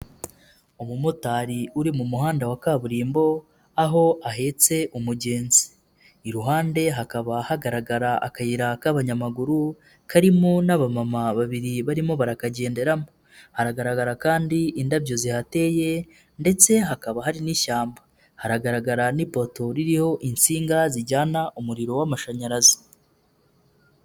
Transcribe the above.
Umumotari uri mu muhanda wa kaburimbo aho ahetse umugenzi, iruhande hakaba hagaragara akayira k'abanyamaguru, karimo n'abamama babiri barimo barakagenderamo, hagaragara kandi indabyo zihateye ndetse hakaba hari n'ishyamba, haragaragara n'ipoto ririho insinga zijyana umuriro w'amashanyarazi.